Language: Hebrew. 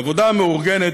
העבודה המאורגנת,